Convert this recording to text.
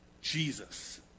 Jesus